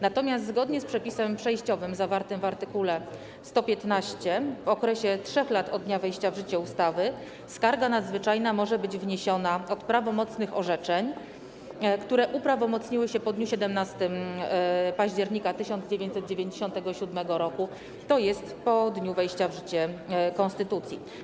Natomiast zgodnie z przepisem przejściowym zawartym w art. 115 w okresie 3 lat od dnia wejścia w życie ustawy skarga nadzwyczajna może być wniesiona od prawomocnych orzeczeń, które uprawomocniły się po dniu 17 października 1997 r., tj. po dniu wejścia w życie konstytucji.